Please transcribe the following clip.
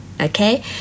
Okay